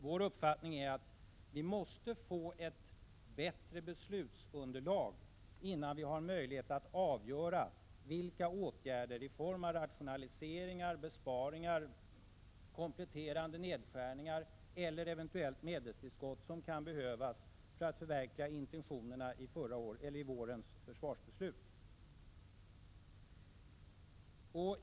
Vår uppfattning är att vi måste få ett bättre beslutsunderlag innan vi har möjlighet att avgöra vilka åtgärder i form av rationaliseringar, besparingar, kompletterande nedskärningar eller eventuellt medeltillskott som kan behövas för att förverkliga intentionerna i vårens försvarsbeslut.